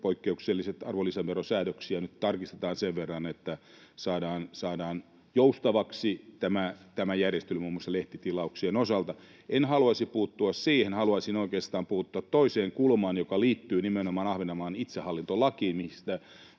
poikkeuksellisia arvonlisäverosäädöksiä nyt tarkistetaan sen verran, että saadaan joustavaksi tämä järjestely muun muassa lehtitilauksien osalta. En haluaisi puuttua siihen. Haluaisin oikeastaan puuttua toiseen kulmaan, joka liittyy nimenomaan Ahvenanmaan itsehallintolakiin,